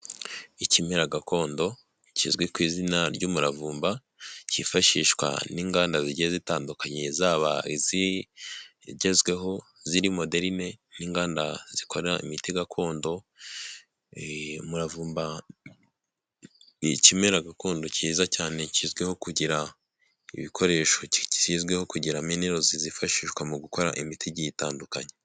kimera gakondo kizwi ku izina ry'umuravumba cyifashishwa n'inganda zigiye zitandukanye zaba izigezweho zirimo moderine n'inganda zikora imiti gakondora, umuravumba ni ikimera gakondo cyiza cyane kizwiho kugira ibikoresho cyizwiho kugira minerozi zifashishwa mu gukora imiti igiye itandukanye.